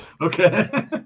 Okay